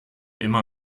immer